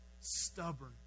stubborn